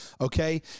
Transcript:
okay